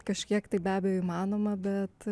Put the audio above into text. kažkiek tai be abejo įmanoma bet